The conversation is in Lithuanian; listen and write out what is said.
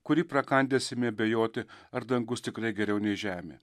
kurį prakandęs imi abejoti ar dangus tikrai geriau nei žemė